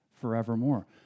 forevermore